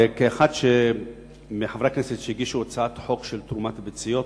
כאחד מחברי הכנסת שהגישו הצעת חוק על תרומת ביציות,